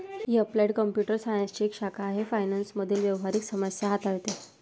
ही applied computer सायन्सची एक शाखा आहे फायनान्स मधील व्यावहारिक समस्या हाताळते